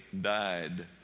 died